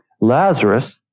Lazarus